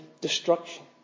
destruction